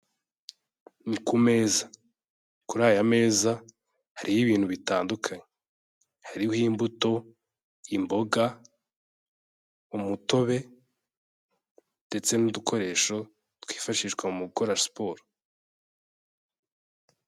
Ni ku meza, kuri aya meza hariho ibintu bitandukanye, hariho imbuto, imboga, umutobe ndetse n'udukoresho twifashishwa mu gukora siporo.